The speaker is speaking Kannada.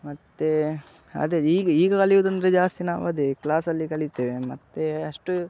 ಮತ್ತೆ ಅದೇ ಈಗ ಈಗ ಕಲಿಯುವುದು ಅಂದರೆ ಜಾಸ್ತಿ ನಾವು ಅದೇ ಕ್ಲಾಸಲ್ಲಿ ಕಲಿತೇವೆ ಮತ್ತೆ ಅಷ್ಟು